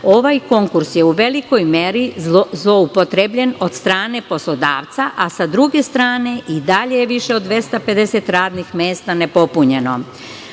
ovaj konkurs je u velikoj meri zloupotrebljen od strane poslodavca, a sa druge strane i dalje je više od 250 radnih mesta nepopunjeno. Najnovije